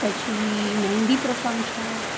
પછી મહેંદી પ્રસંગ છે